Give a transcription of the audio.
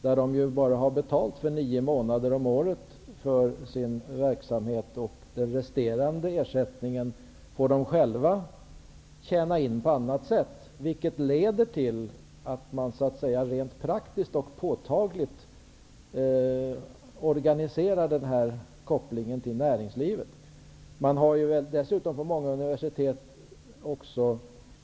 Där har de betalt bara för nio månader om året, och den resterande ersättningen får de själva tjäna in på annat sätt, vilket leder till att man så att säga rent praktiskt och påtagligt organiserar kopplingen till näringslivet. Det leder till att man rent praktiskt och påtagligt organiserar kopplingen till näringslivet.